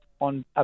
on